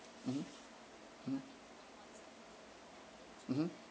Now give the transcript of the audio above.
mmhmm mmhmm mmhmm